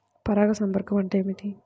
పరాగ సంపర్కం అంటే ఏమిటి?